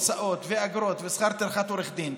הוצאות ואגרות ושכר טרחת עורך דין,